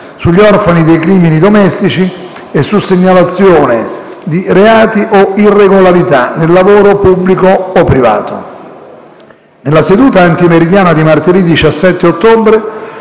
sugli orfani dei crimini domestici e su segnalazioni di reati o irregolarità nel lavoro pubblico o privato. Nella seduta antimeridiana di martedì 17 ottobre,